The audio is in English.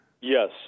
Yes